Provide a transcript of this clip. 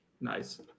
Nice